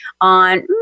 on